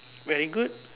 very good